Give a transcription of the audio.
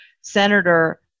senator